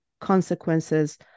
consequences